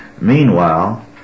Meanwhile